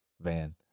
van